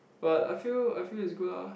but I feel I feel it's good ah